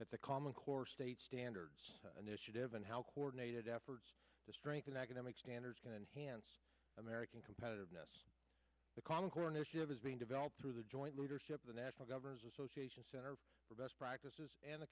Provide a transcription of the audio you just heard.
the common core state standards initiative and how coordinated efforts to strengthen academic standards can enhance american competitiveness the common core initiative is being developed the joint leadership the national governors association center for best practices and the